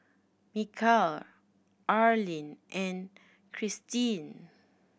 Mikel Arlyne and Christeen